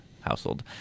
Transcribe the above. household